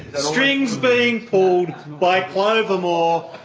strings being pulled by clover moore,